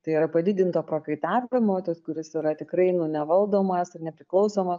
tai yra padidinto prakaitavimo tas kuris yra tikrai nu nevaldomas ir nepriklausomas